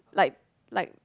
like